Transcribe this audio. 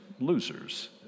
losers